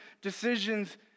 decisions